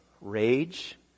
rage